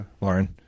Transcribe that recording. Lauren